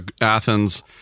Athens